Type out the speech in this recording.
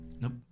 Nope